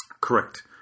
correct